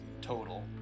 total